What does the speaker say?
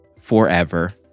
forever